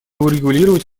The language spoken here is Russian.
урегулировать